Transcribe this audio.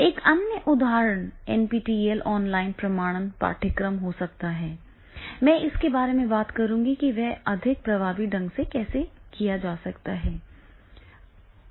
एक अन्य उदाहरण एनपीटीईएल ऑनलाइन प्रमाणन पाठ्यक्रम हो सकता है मैं इस बारे में बात करूंगा कि वे अधिक प्रभावी ढंग से कैसे काम कर रहे हैं